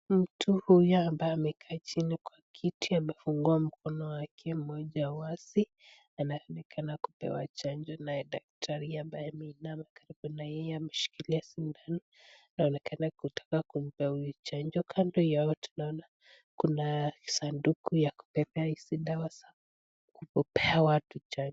Mtu huyu ambaye amekaa chini kwa kiti amefungua mkono wake mmoja wazi anafunika na kupewa chanjo naye daktari ambaye ameinama karibu na yeye ameshikilia sindano. Inaonekana kutaka kumpea huyu chanjo kando yao tunaona kuna sanduku ya kubebea hizi dawa za kupea watu chanjo.